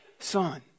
Son